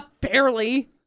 barely